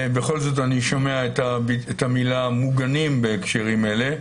בכל זאת אני שומע את המילה "מוגנים" בהקשרים האלה,